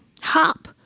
hop